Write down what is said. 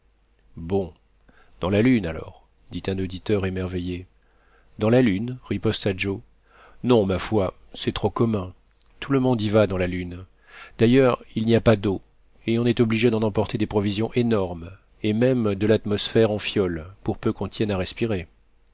bon dans la lune alors dit un auditeur émerveillé dans la lune riposta joe non ma foi c'est trop commun tout le monde y va dans la lune d'ailleurs il n'y a pas d'eau et on est obligé d'en emporter des provisions énormes et même de l'atmosphère en fioles pour peu qu'on tienne à respirer